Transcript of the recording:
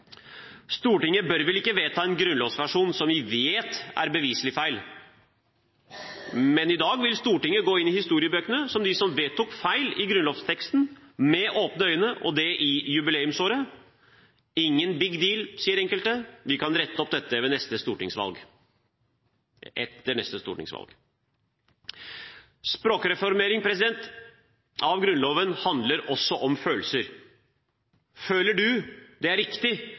Stortinget bør vel ikke vedta en grunnlovsversjon som man beviselig vet er feil? I dag vil Stortinget gå inn i historiebøkene som dem som med åpne øyne vedtok feil i grunnlovsteksten – og det i jubileumsåret. Ingen «big deal», sier enkelte, vi kan rette opp dette etter neste stortingsvalg. Språkreformering av Grunnloven handler også om følelser. Føler man det er riktig